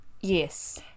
Yes